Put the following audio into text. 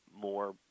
more